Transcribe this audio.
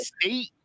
state